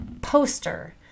poster